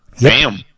Bam